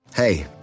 Hey